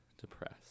depressed